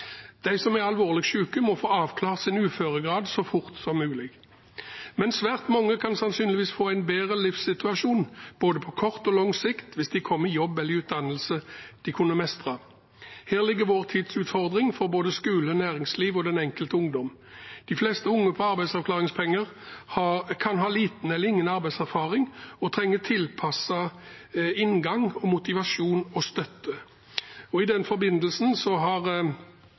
De som er alvorlig syke, må få avklart sin uføregrad så fort som mulig. Men svært mange kan sannsynligvis få en bedre livssituasjon på både kort og lang sikt hvis de kommer i en jobb eller utdannelse de kan mestre. Her ligger vår tids utfordring for både skole, næringsliv og den enkelte ungdom. De fleste unge på arbeidsavklaringspenger kan ha liten eller ingen arbeidserfaring og trenger tilpasset inngang, motivasjon og støtte. I den